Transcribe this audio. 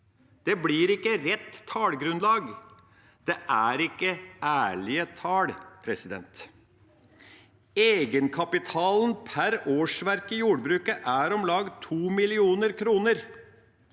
Det blir ikke rett tallgrunnlag. Det er ikke ærlige tall. Egenkapitalen per årsverk i jordbruket er om lag 2 mill. kr.